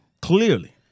clearly